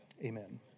Amen